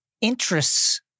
interests